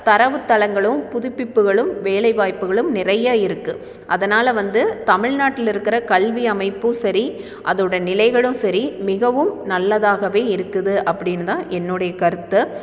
தரவுத்தளங்களும் புதுப்பிப்புகளும் வேலைவாய்ப்புகளும் நிறைய இருக்குது அதனால் வந்து தமிழ்நாட்டில் இருக்கிற கல்வி அமைப்பும் சரி அதோட நிலைகளும் சரி மிகவும் நல்லதாகவே இருக்குது அப்படின்னுதான் என்னுடைய கருத்து